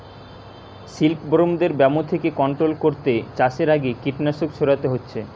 সিল্কবরমদের ব্যামো থিকে কন্ট্রোল কোরতে চাষের আগে কীটনাশক ছোড়াতে হচ্ছে